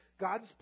God's